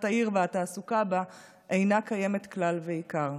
העיר והתעסוקה בה אינן קיימות כלל ועיקר.